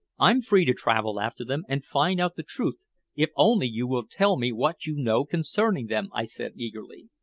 i'm free to travel after them, and find out the truth if only you will tell me what you know concerning them, i said eagerly.